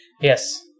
Yes